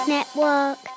Network